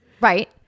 Right